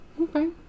Okay